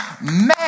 man